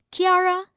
Kiara